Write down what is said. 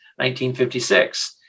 1956